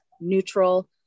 neutral